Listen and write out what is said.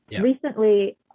recently